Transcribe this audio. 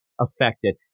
Affected